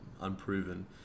unproven